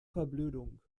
verblödung